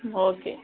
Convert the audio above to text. ம் ஓகே